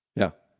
yeah,